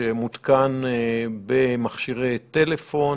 שמותקן במכשירי טלפון